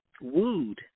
wooed